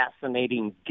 fascinating